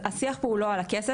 השיח פה הוא לא על הכסף,